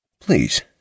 Please